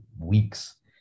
weeks